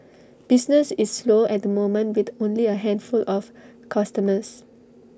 business is slow at the moment with only A handful of customers